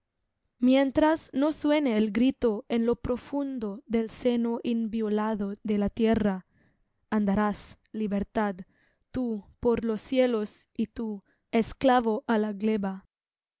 mientras no suene el grito en lo profundo del seno inviolado de la tierra andarás libertad tú por los cielos y tu esclavo á la gleba libertad